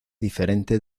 diferente